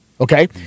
Okay